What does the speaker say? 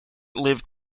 lived